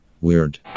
Weird